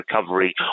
recovery